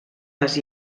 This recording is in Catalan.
les